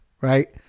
right